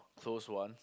close one